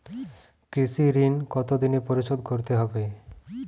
কৃষি ঋণ কতোদিনে পরিশোধ করতে হবে?